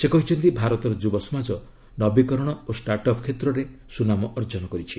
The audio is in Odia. ସେ କହିଚ୍ଚନ୍ତି ଭାରତର ଯୁବ ସମାଜ ନବୀକରଣ ଓ ଷ୍ଟାର୍ଟ୍ଅପ୍ କ୍ଷେତ୍ରରେ ସୁନାମ ଅର୍ଜନ କରିଛି